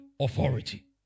authority